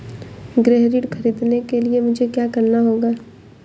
गृह ऋण ख़रीदने के लिए मुझे क्या करना होगा?